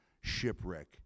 shipwreck